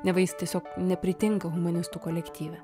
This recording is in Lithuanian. neva jis tiesiog nepritinka humanistų kolektyve